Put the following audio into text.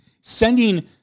sending